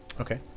Okay